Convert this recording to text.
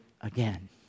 again